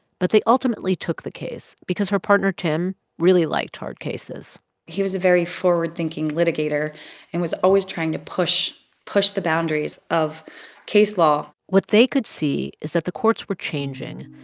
but they ultimately took the case because her partner tim really liked hard cases he was a very forward-thinking litigator and was always trying to push push the boundaries of case law what they could see is that the courts were changing,